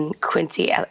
Quincy